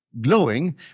glowing